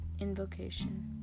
Invocation